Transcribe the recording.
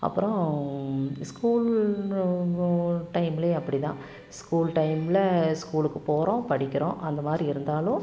அப்புறோம் ஸ்கூல் லு டைம்லையும் அப்படிதான் ஸ்கூல் டைம்மில் ஸ்கூலுக்கு போகறோம் படிக்கிறோம் அந்த மாதிரி இருந்தாலும்